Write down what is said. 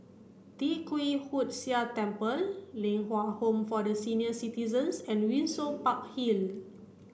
Tee Kwee Hood Sia Temple Ling Kwang Home for the Senior Citizens and Windsor Park Hill